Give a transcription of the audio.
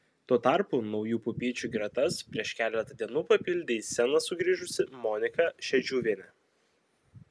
tuo tarpu naujų pupyčių gretas prieš keletą dienų papildė į sceną sugrįžusi monika šedžiuvienė